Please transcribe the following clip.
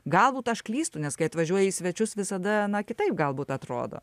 galbūt aš klystu nes kai atvažiuoji į svečius visada na kitaip galbūt atrodo